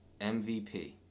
MVP